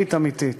ברית אמיתית.